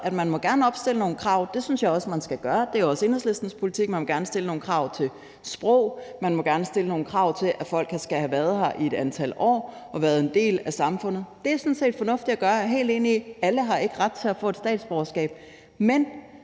at man gerne må opstille nogle krav. Det synes jeg også man skal gøre, det er også Enhedslistens politik. Man må gerne stille nogle krav til sprog, man må gerne stille nogle krav til, at folk skal have været her i et antal år og været en del af samfundet. Det er sådan set fornuftigt at gøre, og jeg er helt enig i, at alle ikke har ret til at få et statsborgerskab.